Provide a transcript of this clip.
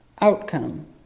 Outcome